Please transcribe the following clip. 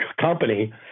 company